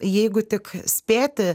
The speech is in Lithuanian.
jeigu tik spėti